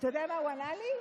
אתה יודע מה הוא ענה לי?